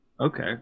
Okay